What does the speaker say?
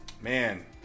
Man